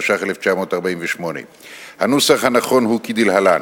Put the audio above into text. התש"ח 1948. הנוסח הנכון הוא כדלהלן: